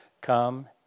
come